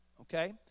okay